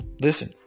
Listen